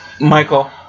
Michael